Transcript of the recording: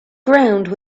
ground